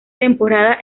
temporada